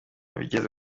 bigeze